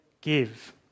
Give